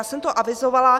Já jsem to avizovala.